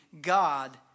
God